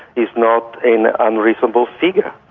it's not an unreasonable figure.